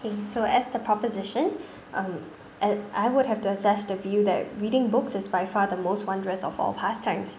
okay so as the proposition um a~ I would have to assess the view that reading books is by far the most wondrous of all past times